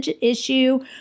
issue